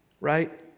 right